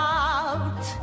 out